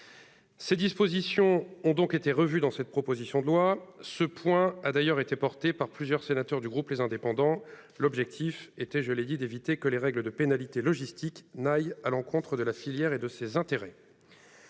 Ces dispositions ont donc été revues dans cette proposition de loi. Elles ont d'ailleurs été portées par plusieurs sénateurs du groupe Les Indépendants - République et Territoires, l'objectif étant d'éviter que les règles des pénalités logistiques n'aillent à l'encontre de la filière et de ses intérêts.